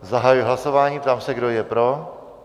Zahajuji hlasování a ptám se, kdo je pro.